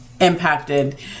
impacted